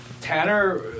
Tanner